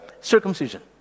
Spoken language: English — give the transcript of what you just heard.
circumcision